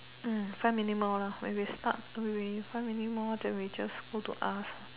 mm five minute more lah when we start when we five minute more then we go to ask